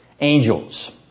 angels